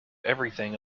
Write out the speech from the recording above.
everything